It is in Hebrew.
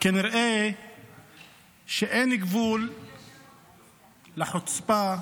כנראה אין גבול לחוצפה,